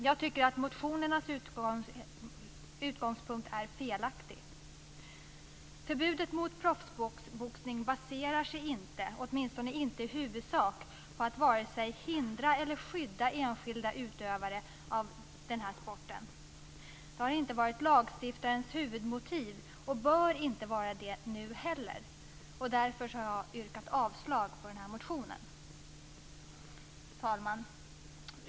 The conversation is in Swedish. Jag tycker att motionens utgångspunkt är felaktig. Förbudet mot proffsboxning baserar sig inte, åtminstone inte i huvudsak, på att vare sig hindra eller skydda enskilda utövare av den här sporten. Det har inte varit lagstiftarens huvudmotiv och bör inte vara det nu heller. Därför har jag yrkat avslag på den här motionen. Fru talman!